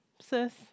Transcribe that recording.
sis